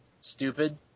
stupid